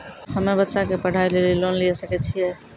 हम्मे बच्चा के पढ़ाई लेली लोन लिये सकय छियै?